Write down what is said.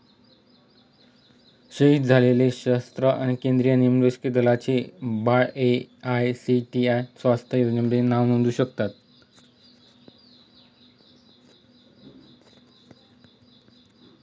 शहीद झालेले सशस्त्र आणि केंद्रीय निमलष्करी दलांचे मुलं बाळं ए.आय.सी.टी.ई स्वानथ योजनेमध्ये नाव नोंदवू शकतात